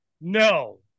No